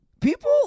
People